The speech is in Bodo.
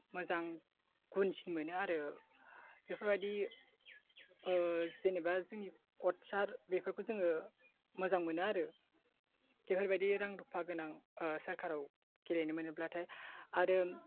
मोजां गुनसिन मोनो आरो बेफोरबायदि जेनेबा जोंनि कचार बेफोरखौ जोङो मोजां मोनो आरो बेफोरबायदि रां रुफा गोनां सोरकाराव लेगेनो मोनोब्लाथाय आरो